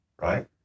Right